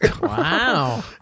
Wow